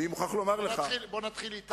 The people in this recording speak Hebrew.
בוא נתחיל אתה.